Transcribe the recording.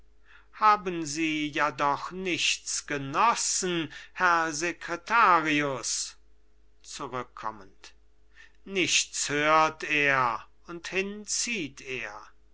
haben sie ja doch nichts genossen herr secretarius zurückkommend nichts hört er und hin